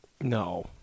No